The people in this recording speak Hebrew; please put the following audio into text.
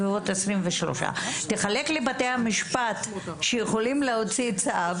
23. תחלק לבתי המשפט שיכולים להוציא צו,